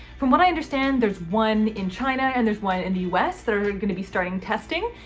from what i understand there's one in china and there's one in the us that are gonna be starting testing.